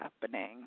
happening